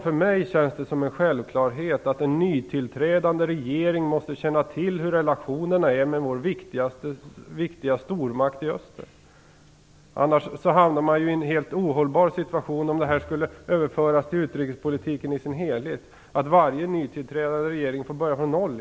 För mig känns det som en självklarhet att en nytillträdande regering måste känna till hur relationerna är med vår viktiga stormakt i öster. Annars hamnar man i en helt ohållbar situation om det skulle överföras till utrikespolitiken i dess helhet att varje nytillträdande regering skulle börja från noll.